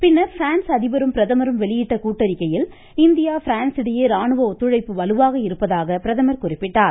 பின்னர் பிரான்ஸ் அதிபரும் பிரதமரும் வெளியிட்ட கூட்டறிக்கையில் இந்தியா பிரான்ஸ் இடையே ராணுவ ஒத்துழைப்பு வலுவாக இருப்பதாக பிரதமர் குறிப்பிட்டார்